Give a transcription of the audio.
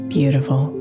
Beautiful